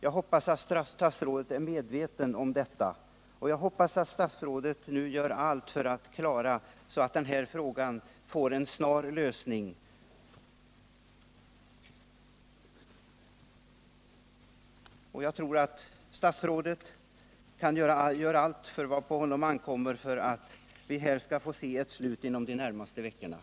Jag hoppas att statsrådet är medveten om detta och nu gör allt för att den här frågan skall få en snar lösning.